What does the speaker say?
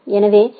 எனவே ஏ